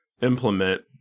implement